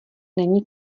není